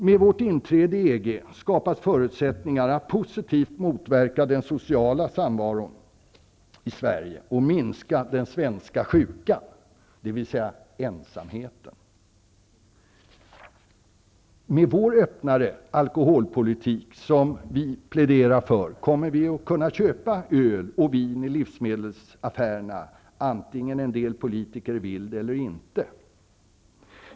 Med vårt inträde i EG skapas förutsättningar att positivt påverka den sociala samvaron i Sverige och minska den svenska sjukan, dvs. ensamheten. Med den öppnare alkoholpolitik som vi pläderar för kommer det att bli möjligt att köpa öl och vin i livsmedelsaffärerna, antingen en del politiker vill det eller inte.